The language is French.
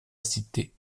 cité